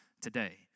today